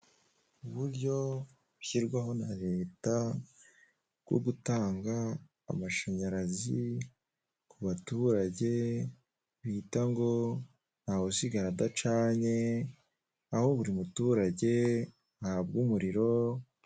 Uburyo bushyirwaho na leta bwo gutanga amashanyarazi ku baturage, bita ngo "ntawe usigagara adacanye", aho buri muturage ahabwa umuriro.